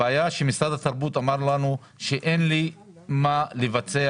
הבעיה היא שמשרד התרבות אמר לנו שאין לו מה לבצע